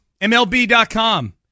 MLB.com